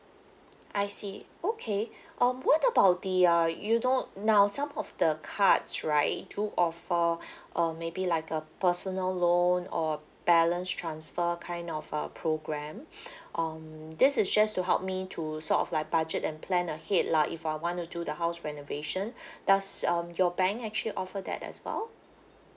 I see okay um what about the uh you know now some of the cards right do offer um maybe like a personal loan or balance transfer kind of uh program um this is just to help me to sort of like budget and plan ahead lah if I want to do the house renovation does um your bank actually offer that as well